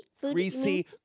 greasy